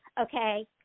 okay